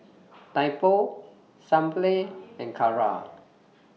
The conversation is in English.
Typo Sunplay and Kara